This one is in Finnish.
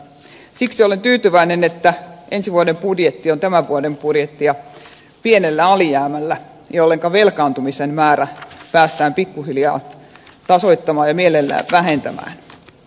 siksi olen tyytyväinen että ensi vuoden budjetti on tämän vuoden budjettia pienemmällä alijäämällä jolloinka velkaantumisen määrää päästään pikkuhiljaa tasoittamaan ja mielellään vähentämään